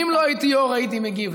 אם לא הייתי יו"ר הייתי מגיב.